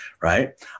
right